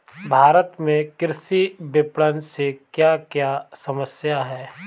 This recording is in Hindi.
भारत में कृषि विपणन से क्या क्या समस्या हैं?